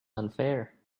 unfair